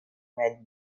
red